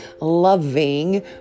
loving